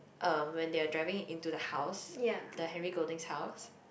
uh when they are driving into the house the Henry-Golding's house